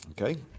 Okay